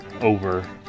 over